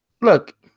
Look